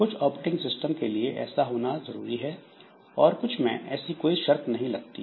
कुछ operating system के लिए ऐसा होना जरूरी है और कुछ मैं ऐसी कोई शर्त नहीं लगती